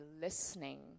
listening